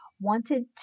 wanted